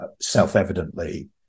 Self-evidently